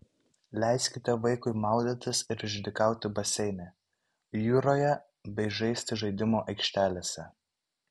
leiskite vaikui maudytis ir išdykauti baseine jūroje bei žaisti žaidimų aikštelėse